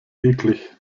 eklig